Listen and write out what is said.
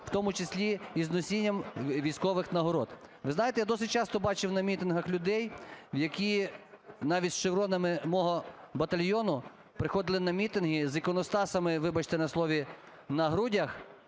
в тому числі із носінням військових нагород. Ви знаєте, я досить часто бачив на мітингах людей, які навіть з шевронами мого батальйону приходили на мітинги з "іконостасами", вибачте на слові, на грудях.